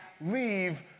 leave